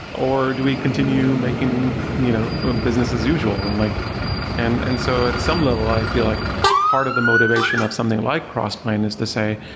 or do we continue making you know business as usual? and like and and so at at some level, i feel like part of the motivation of something like crossplane is to say,